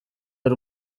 y’u